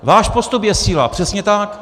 Váš postup je síla, přesně tak.